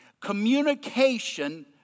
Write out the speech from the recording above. communication